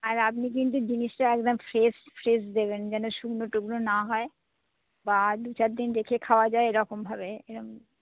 আর আপনি কিন্তু জিনিসটা একদম ফ্রেশ ফ্রেশ দেবেন যেন শুকনো টুকনো না হয় বা আর দু চার দিন রেখে খাওয়া যায় এরকমভাবে এরম